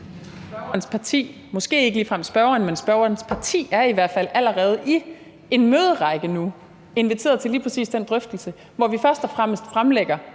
spørgerens parti – er i hvert fald allerede i en møderække nu inviteret til lige præcis den drøftelse, hvor vi først og fremmest fremlægger